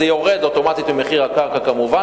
זה יורד אוטומטית ממחיר הקרקע כמובן,